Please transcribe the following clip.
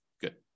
Good